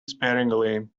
sparingly